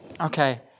okay